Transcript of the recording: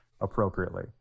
appropriately